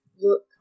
look